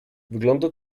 wygląda